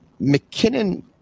McKinnon